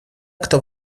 кто